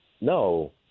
No